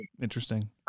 Interesting